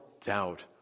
doubt